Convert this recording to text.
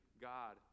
God